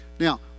Now